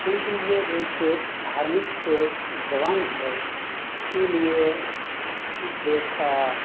کیونکہ یہ ایک دھاڑمک زبان ہے اسی لیے اس دیش کا